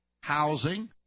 Housing